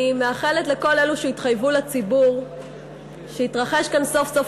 אני מאחלת לכל אלה שהתחייבו לציבור שיתרחש כאן סוף-סוף